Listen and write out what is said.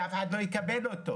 כי אף אחד לא יקבל אותו.